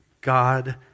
God